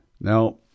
Now